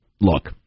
look